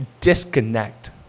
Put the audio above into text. disconnect